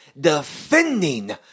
defending